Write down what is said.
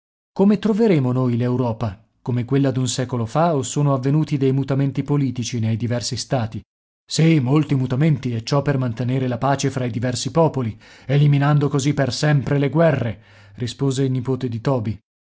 come troveremo noi l'europa come quella d'un secolo fa o sono avvenuti dei mutamenti politici nei diversi stati sì molti mutamenti e ciò per mantenere la pace fra i diversi popoli eliminando così per sempre le guerre rispose il nipote di toby